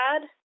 add